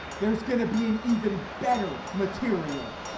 there's going to be an even better material